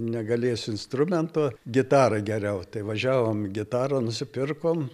negalėsiu instrumento gitarą geriau tai važiavom gitarą nusipirkom